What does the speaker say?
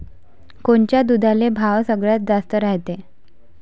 कोनच्या दुधाले भाव सगळ्यात जास्त रायते?